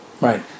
Right